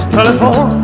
telephone